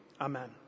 amen